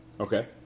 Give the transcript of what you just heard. Okay